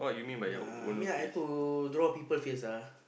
yeah I mean like to draw people face ah